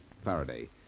Faraday